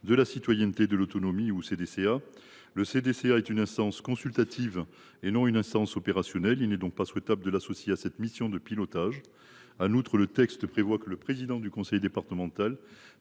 de la citoyenneté et de l’autonomie. Or le CDCA est une instance consultative et non une instance opérationnelle. Il n’est donc pas souhaitable de l’associer à cette mission de pilotage. En outre, le texte prévoit que le président du conseil départemental